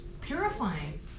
Purifying